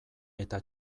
eta